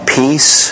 peace